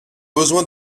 besoin